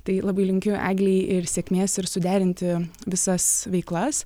tai labai linkiu eglei ir sėkmės ir suderinti visas veiklas